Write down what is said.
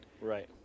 Right